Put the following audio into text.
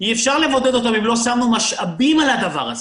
אי אפשר לבודד אותם אם לא שמנו משאבים על הדבר הזה,